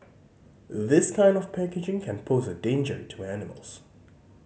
this kind of packaging can pose a danger to animals